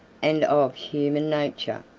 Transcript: and of human nature.